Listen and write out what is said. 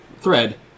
thread